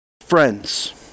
friends